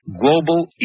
global